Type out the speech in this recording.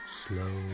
slow